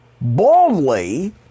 boldly